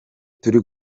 turi